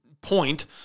point